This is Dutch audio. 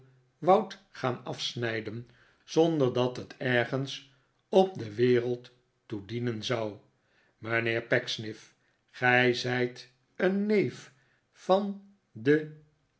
woudt gaan afsnijden zonder dat het ergens op de wereld toe dienen zou mijnheer pecksniff gij zijt een neef van den